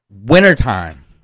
wintertime